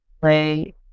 play